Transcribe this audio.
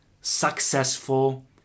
successful